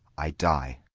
i die.